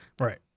Right